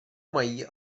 mají